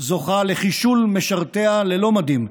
זוכה לחישול משרתיה ללא מדים,